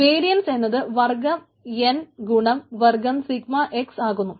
variance എന്നത് വർഗം N ഗുണം വർഗം സിഗ്മ x ആകുന്നു